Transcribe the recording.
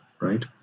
right